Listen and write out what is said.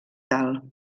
tal